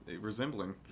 resembling